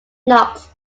knox